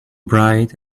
bright